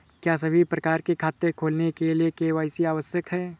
क्या सभी प्रकार के खाते खोलने के लिए के.वाई.सी आवश्यक है?